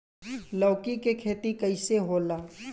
लौकी के खेती कइसे होला?